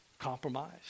compromise